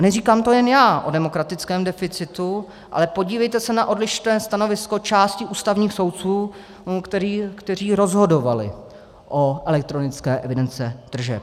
Neříkám to jen já o demokratickém deficitu, ale podívejte se na odlišné stanovisko části ústavních soudců, kteří rozhodovali o elektronické evidenci tržeb.